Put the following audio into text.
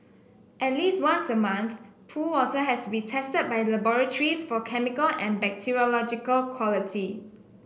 at least once a month pool water has to be tested by laboratories for chemical and bacteriological quality